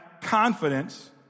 confidence